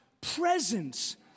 presence